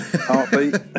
Heartbeat